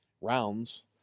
rounds